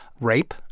rape